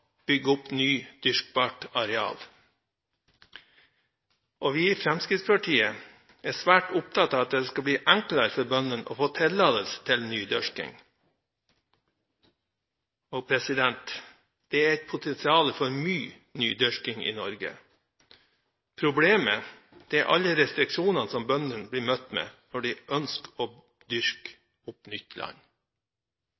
bygge opp nytt dyrkbart areal. Vi i Fremskrittspartiet er svært opptatt av at det skal bli enklere for bøndene å få tillatelse til nydyrking. Det er et potensial for mye nydyrking i Norge – problemet er alle restriksjonene som bøndene blir møtt med når de ønsker å dyrke